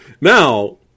Now